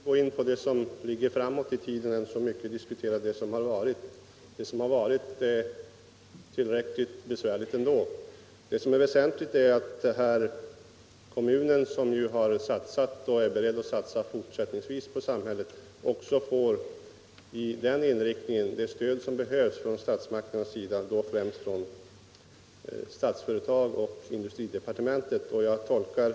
Herr talman! Jag vill mycket hellre gå in på det som ligger framåt i tiden än diskutera det som har varit. Vad som har varit är tillräckligt besvärligt ändå för de inblandade. Det väsentliga är att kommunen, som ju har satsat — och är beredd att satsa fortsättningsvis — på samhället, också i den satsningen får det stöd som behövs från statsmakterna och då främst från Statsföretag och industridepartementet.